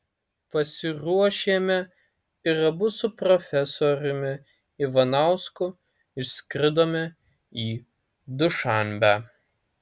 pasiruošėme ir abu su profesoriumi ivanausku išskridome į dušanbę